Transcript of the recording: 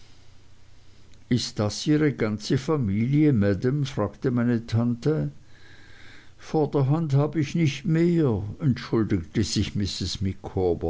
ist das ihre ganze familie maam fragte meine tante vorderhand habe ich nicht mehr entschuldigte sich